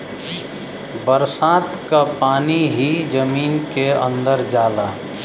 बरसात क पानी ही जमीन के अंदर जाला